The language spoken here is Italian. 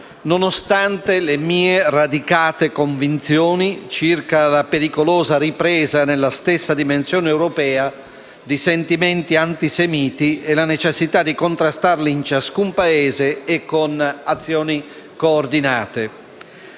nonostante le mie radicate convinzioni circa la pericolosa ripresa, nella stessa dimensione europea, di sentimenti antisemiti e la necessità di contrastarli in ciascun Paese e con azioni coordinate.